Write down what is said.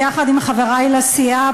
ביחד עם חברי לסיעה,